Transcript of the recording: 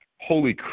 Holy